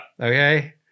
Okay